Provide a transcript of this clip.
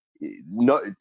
no